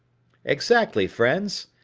exactly, friends.